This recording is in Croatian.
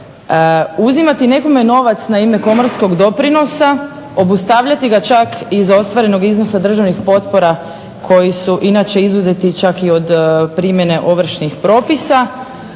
uzimati nekome novac na ime komorskog doprinosa, obustavljati ga čak iz ostvarenog iznosa državnih potpora koji su inače izuzeti čak i od primjene ovršnih propisa,